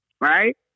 right